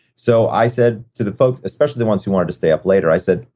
so, i said to the folks, especially the ones who wanted to stay up later, i said,